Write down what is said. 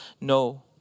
No